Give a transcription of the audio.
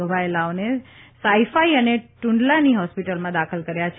ઘવાયેલાઓને સાઇફાઇ અને ટુંડલાની હોસ્પીટલમાં દાખલ કર્યા છે